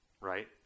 right